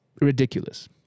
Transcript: ridiculous